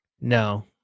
No